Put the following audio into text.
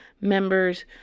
members